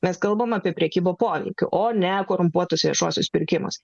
mes kalbame apie prekybą poveikiu o ne korumpuotus viešuosius pirkimus